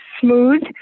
smooth